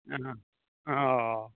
ᱚ ᱚᱻ